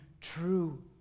true